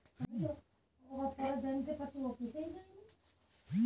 স্বল্প পুঁজির লগ্নি বিষয়ে সব থেকে বড় কোন কোন বিপদগুলি আসতে পারে?